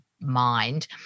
mind